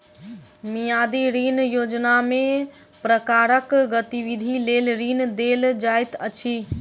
मियादी ऋण योजनामे केँ प्रकारक गतिविधि लेल ऋण देल जाइत अछि